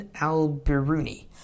al-Biruni